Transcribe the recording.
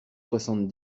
soixante